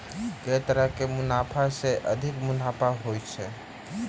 केँ तरहक फसल सऽ अधिक मुनाफा होइ छै?